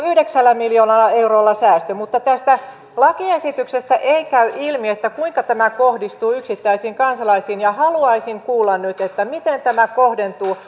yhdeksällä miljoonalla eurolla säästöjä mutta tästä lakiesityksestä ei käy ilmi kuinka tämä kohdistuu yksittäisiin kansalaisiin ja haluaisin kuulla nyt miten tämä kohdentuu